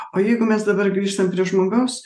o jeigu mes dabar grįžtam prie žmogaus